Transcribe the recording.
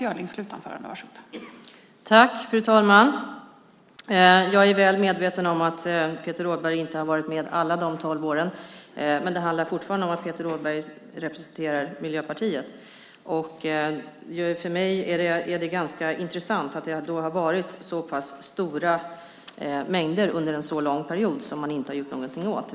Fru talman! Jag är väl medveten om att Peter Rådberg inte har varit med under alla de tolv åren, men det handlar fortfarande om att Peter Rådberg representerar Miljöpartiet. För mig är det ganska intressant att det har varit så pass stora mängder under en så lång period som man inte har gjort någonting åt.